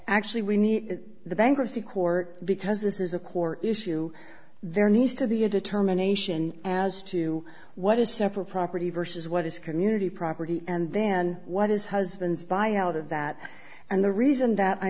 actually we need the bankruptcy court because this is a core issue there needs to be a determination as to what is separate property versus what is community property and then what is husband's buyout of that and the reason that i